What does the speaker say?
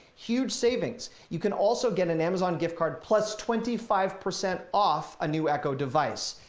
huge savings. you can also get an amazon gift card plus twenty five percent off a new echo device.